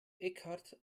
eckhart